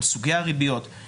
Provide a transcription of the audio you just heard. על סוגי הריביות,